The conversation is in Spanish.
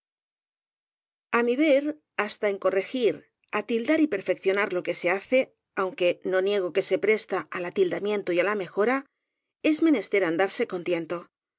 mi ver hasta en corregir atildar y perfeccio nar lo que se hace aunque no niego que se presta al atildamiento y á la mejora es menester andarse